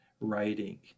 writing